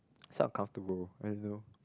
so uncomfortable I know